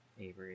Avery